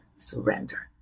surrender